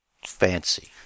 Fancy